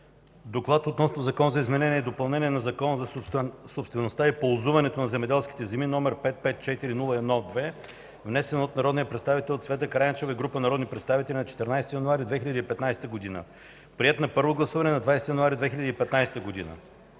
„Доклад относно Закон за изменение и допълнение на Закона за собствеността и ползуването на земеделските земи, № 554-01-2, внесен от народния представител Цвета Караянчева и група народни представители на 14 януари 2015 г., приет на първо гласуване на 20 януари 2015 г.